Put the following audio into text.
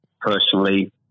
personally